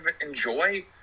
enjoy